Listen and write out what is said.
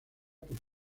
por